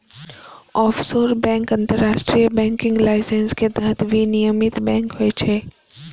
offshore bank अंतरराष्ट्रीय banking licence के तहत विनियमित बैंक होइ छै